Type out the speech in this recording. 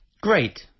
Great